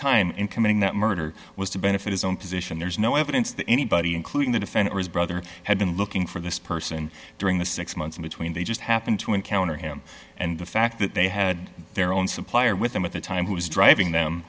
time in committing that murder was to benefit his own position there's no evidence that anybody including the defendant his brother had been looking for this person during the six months in between they just happened to encounter him and the fact that they had their own supplier with them at the time who was driving them